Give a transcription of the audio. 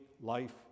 life